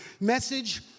message